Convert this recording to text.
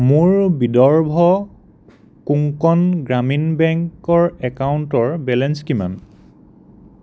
মোৰ বিদৰ্ভ কোংকণ গ্ৰামীণ বেংকৰ একাউণ্টৰ বেলেঞ্চ কিমান